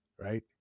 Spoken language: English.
right